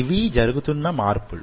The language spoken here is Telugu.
ఇవీ జరుగుతున్న మార్పులు